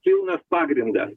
pilnas pagrindas